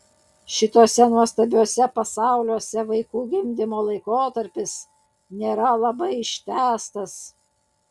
šituose nuostabiuose pasauliuose vaikų gimdymo laikotarpis nėra labai ištęstas